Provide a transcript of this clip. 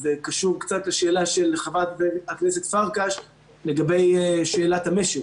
וזה קשור קצת לשאלה של חברת הכנסת פרקש לגבי שאלת המשק.